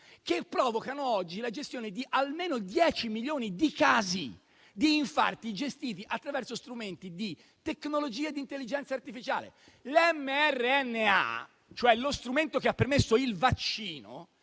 gestione degli infarti e oggi almeno 10 milioni di casi di infarti sono gestiti attraverso strumenti di tecnologia e di intelligenza artificiale. L'mRNA, cioè lo strumento che ha permesso il vaccino,